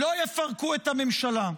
לא יפרקו את הממשלה.